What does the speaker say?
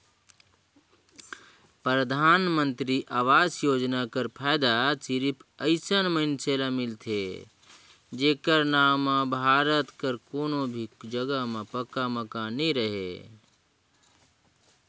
परधानमंतरी आवास योजना कर फएदा सिरिप अइसन मइनसे ल मिलथे जेकर नांव में भारत कर कोनो भी जगहा में पक्का मकान नी रहें